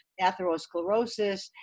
atherosclerosis